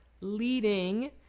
leading